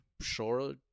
sure